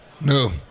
No